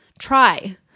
Try